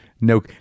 No